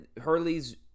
Hurley's